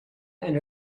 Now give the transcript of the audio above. and